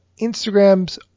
Instagram's